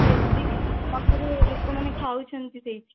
ଏତିକି ତାପରେ ଲୋକମାନେ ଖାଉଛନ୍ତି ସେଇଠି